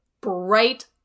bright